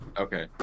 Okay